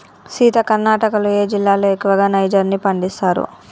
సీత కర్ణాటకలో ఏ జిల్లాలో ఎక్కువగా నైజర్ ని పండిస్తారు